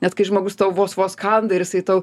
net kai žmogus tau vos vos kanda ir jisai tau